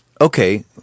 okay